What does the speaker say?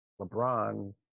LeBron